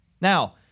Now